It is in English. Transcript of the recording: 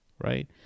right